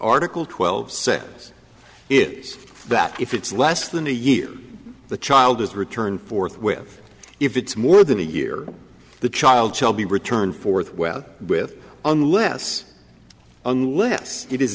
article twelve says is that if it's less than a year the child is returned forthwith if it's more than a year the child shall be returned forth well with unless unless it is